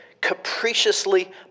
capriciously